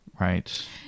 right